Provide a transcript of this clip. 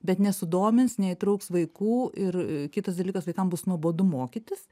bet nesudomins neįtrauks vaikų ir kitas dalykas vaikam bus nuobodu mokytis